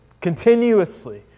continuously